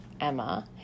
Emma